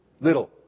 little